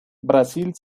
brasil